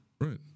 Right